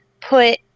put